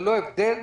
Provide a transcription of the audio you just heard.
ללא הבדל,